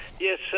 Yes